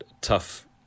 tough